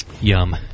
Yum